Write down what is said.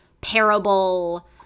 parable